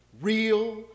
real